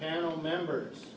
panel members